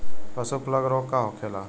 पशु प्लग रोग का होखेला?